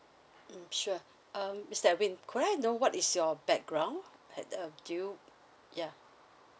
mm sure um mister edwin could I know what is your background at uh do you ya